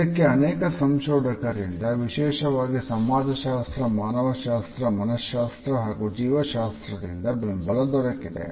ಇದಕ್ಕೆ ಅನೇಕ ಸಂಶೋಧಕರಿಂದ ವಿಶೇಷವಾಗಿ ಸಮಾಜಶಾಸ್ತ್ರ ಮನಶಾಸ್ತ್ರ ಮಾನವಶಾಸ್ತ್ರ ಹಾಗೂ ಜೀವಶಾಸ್ತ್ರದಿಂದ ಬೆಂಬಲ ದೊರಕಿದೆ